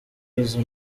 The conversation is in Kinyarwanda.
izo